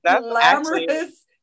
glamorous